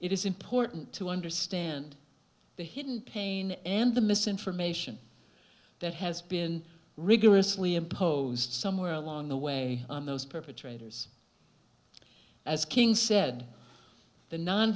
it is important to understand the hidden pain and the misinformation that has been rigorously imposed somewhere along the way on those perpetrators as king said the non